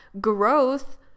growth